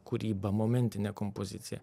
kūryba momentinė kompozicija